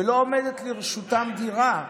ולא עומדת לרשותם דירה,